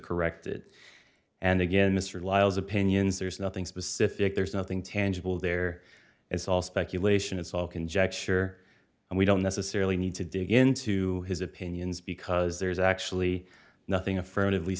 corrected and again mr lyle's opinions there's nothing specific there's nothing tangible there it's all speculation it's all conjecture and we don't necessarily need to dig into his opinions because there's actually nothing affirmative